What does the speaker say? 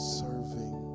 serving